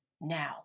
now